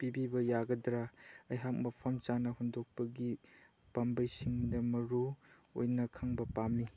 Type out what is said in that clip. ꯄꯤꯕꯤꯕ ꯌꯥꯒꯗ꯭ꯔꯥ ꯑꯩꯍꯥꯛ ꯃꯐꯝ ꯆꯥꯅ ꯍꯨꯟꯗꯣꯛꯄꯒꯤ ꯄꯥꯝꯕꯩꯁꯤꯡꯗ ꯃꯔꯨ ꯑꯣꯏꯅ ꯈꯪꯕ ꯄꯥꯝꯃꯤ